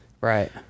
Right